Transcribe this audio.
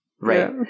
Right